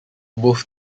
both